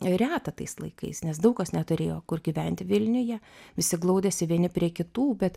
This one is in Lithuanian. reta tais laikais nes daug kas neturėjo kur gyventi vilniuje visi glaudėsi vieni prie kitų bet